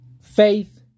Faith